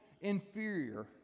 inferior